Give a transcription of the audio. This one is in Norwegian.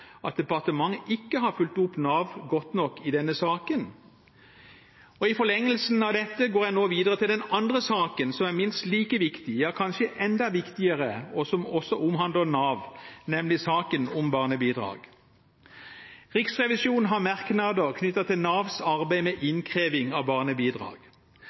at departementet ikke har fulgt opp Nav godt nok i denne saken. I forlengelsen av dette går jeg nå videre til den andre saken, som er minst like viktig, ja kanskje enda viktigere, og som også omhandler Nav, nemlig saken om barnebidrag. Riksrevisjonen har merknader knyttet til Navs arbeid med innkreving av barnebidrag.